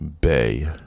Bay